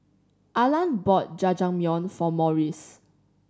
Arland bought Jajangmyeon for Maurice